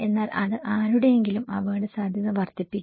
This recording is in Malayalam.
എന്നാൽ അത് ആരുടെയെങ്കിലും അപകടസാധ്യത വർദ്ധിപ്പിക്കും